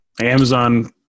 Amazon